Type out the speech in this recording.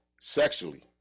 Sexually